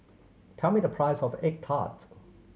tell me the price of egg tart